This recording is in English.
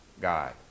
God